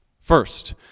First